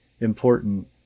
important